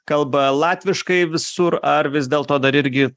kalba latviškai visur ar vis dėlto dar irgi